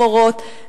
מורות,